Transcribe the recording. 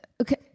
okay